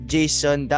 Jason